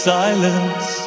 silence